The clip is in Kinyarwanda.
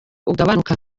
ugabanuka